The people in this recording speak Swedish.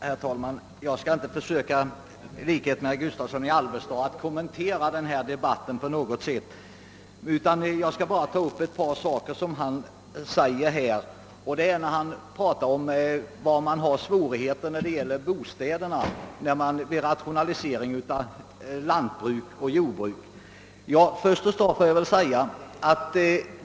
Herr talman! Jag skall inte i likhet med herr Gustavsson i Alvesta försöka att på något sätt kommentera denna debatt utan vill bara ta upp ett par av hans yttranden. Herr Gustavsson talar om var det förekommer svårigheter i fråga om bostäderna vid rationalisering av jordbruk.